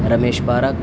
Ramesh park